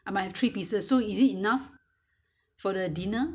for the dinner for the one meal is it enough for three person